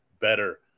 Better